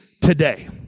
today